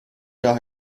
sport